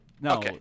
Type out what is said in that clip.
No